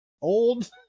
Old